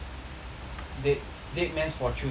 dead dead man's fortune the back